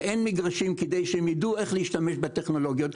ואין מגרשים כדי שהם ידעו איך להשתמש בטכנולוגיות.